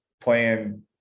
playing